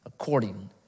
according